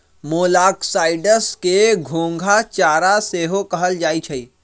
मोलॉक्साइड्स के घोंघा चारा सेहो कहल जाइ छइ